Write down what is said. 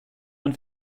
man